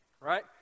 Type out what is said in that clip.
right